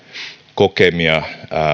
kokemia